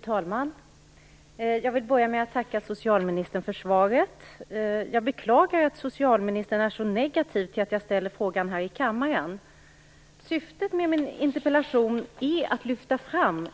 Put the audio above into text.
Fru talman! Jag vill börja med att tacka socialministern för svaret. Jag beklagar att socialministern är så negativ till att jag ställer frågan här i kammaren. Syftet med min interpellation är att lyfta fram